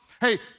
hey